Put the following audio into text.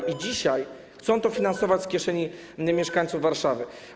I dzisiaj chcą to finansować z kieszeni mieszkańców Warszawy.